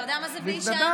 אתה יודע מה זה והיא שעמדה?